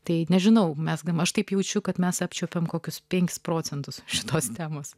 tai nežinau mezgame aš taip jaučiu kad mes apčiuopiame kokius penkis procentus šitos temos